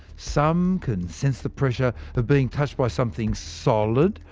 some can sense the pressure of being touched by something solid,